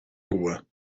rua